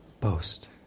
Boast